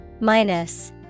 Minus